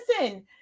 listen